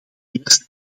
eerst